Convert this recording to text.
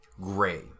gray